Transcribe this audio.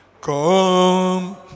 Come